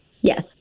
Yes